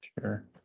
Sure